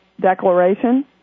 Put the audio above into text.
declaration